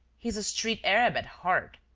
he's a street arab at heart!